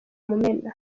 mumena